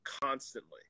constantly